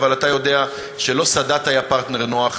אבל אתה יודע שלא סאדאת היה פרטנר נוח,